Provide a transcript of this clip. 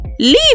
Leave